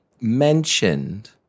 mentioned